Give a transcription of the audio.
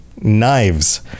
knives